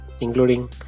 including